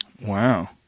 Wow